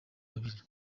babiri